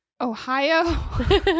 Ohio